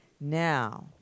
Now